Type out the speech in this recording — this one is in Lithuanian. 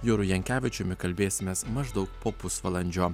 juru jankevičiumi kalbėsimės maždaug po pusvalandžio